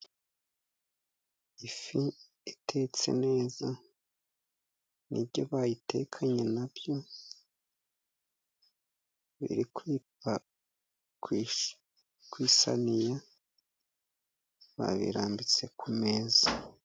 Ifi itetse neza n'ibyo bayitekanye na byo biri ku isiniya, babirambitse ku meza.